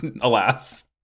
alas